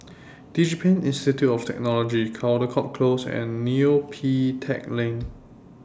Digipen Institute of Technology Caldecott Close and Neo Pee Teck Lane